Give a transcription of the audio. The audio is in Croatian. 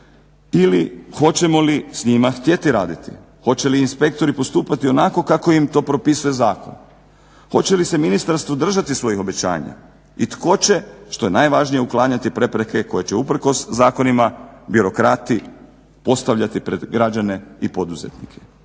ili hoćemo li s njima htjeti raditi? Hoće li inspektori postupati onako kako im to propisuje zakon? Hoće li se ministarstvo držati svojih obećanja i tko će, što je najvažnije, uklanjati prepreke koje će uprkos zakonima birokrati postavljati pred građane i poduzetnike.